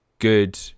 Good